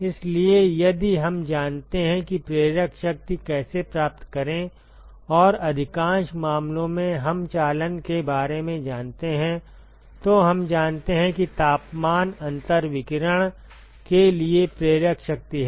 इसलिए यदि हम जानते हैं कि प्रेरक शक्ति कैसे प्राप्त करें और अधिकांश मामलों में हम चालन के बारे में जानते हैं तो हम जानते हैं कि तापमान अंतर विकिरण के लिए प्रेरक शक्ति है